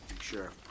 Sure